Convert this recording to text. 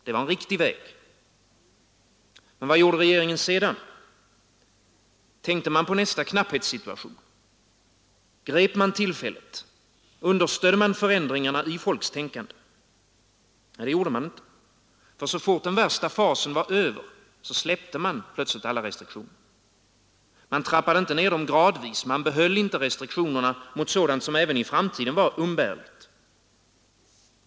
Det var en riktig väg. Men vad gjorde regeringen sedan? Tänkte man på nästa knapphetssituation? Grep man tillfället, understödde man förändringarna i folks tänkande? Nej, så fort den värsta fasen var över, släppte man plötsligt alla restriktioner. Man trappade inte ner dem gradvis, man behöll inte restriktionerna mot sådant som även i framtiden var umbärligt.